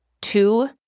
two